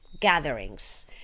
gatherings